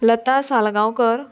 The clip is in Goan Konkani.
लता सालगांवकर